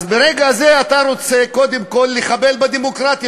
אז ברגע זה אתה רוצה קודם כול לחבל בדמוקרטיה,